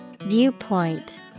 Viewpoint